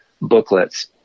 booklets